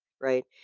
right